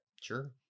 sure